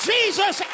Jesus